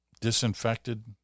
disinfected